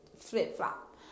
flip-flop